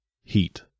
Heat